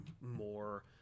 more